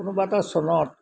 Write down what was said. কোনোবা এটা চনত